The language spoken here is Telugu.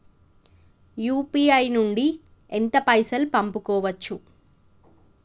యూ.పీ.ఐ నుండి ఎంత పైసల్ పంపుకోవచ్చు?